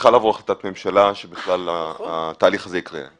צריכה לבוא החלטת ממשלה שבכלל התהליך הזה יקרה.